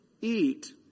eat